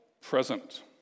present